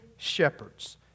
shepherds